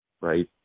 right